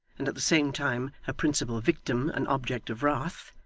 and at the same time her principal victim and object of wrath,